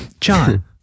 John